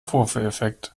vorführeffekt